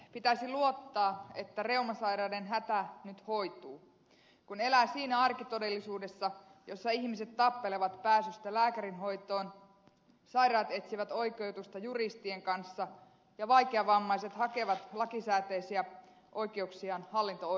pitäisi luottaa että reumasairaiden hätä nyt hoituu kun elää siinä arkitodellisuudessa jossa ihmiset tappelevat pääsystä lääkärin hoitoon sairaat etsivät oikeutusta juristien kanssa ja vaikeavammaiset hakevat lakisääteisiä oikeuksiaan hallinto oikeuksista